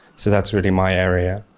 so that's really my area.